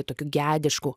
tokiu gedišku